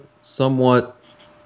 somewhat